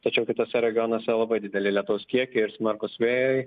tačiau kituose regionuose labai dideli lietaus kiekiai ir smarkūs vėjai